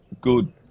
good